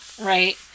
right